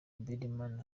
birdman